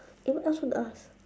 eh what else you want to ask